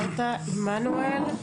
עמנואל.